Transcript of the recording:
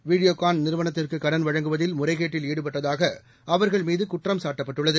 வீடியோகான் நிறுவனத்திற்கு கடன் வழங்குவதில் முறைகேட்டில் ஈடுபட்டதாக அவர்கள் மீது குற்றம் சாட்டப்பட்டுள்ளது